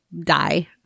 die